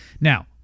Now